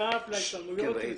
יכול